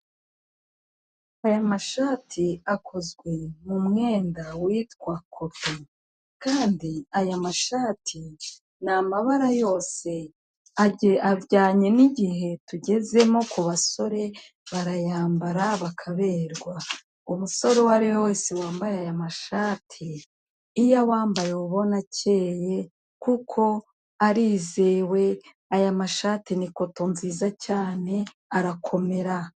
Aya ma shati akozwe mu mwenda witwa koto kandi aya ma shati ni amabara yose ajyanye nigihe tugezemo ku basore barayambara bakaberwa. umusore uwo ariwe wese aya mashati iyo awambaye uba ubona acyeye kuko arizewe aya mashati ni koto nziza cyane arakomera.